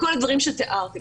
וכל הדברים שתיארתם.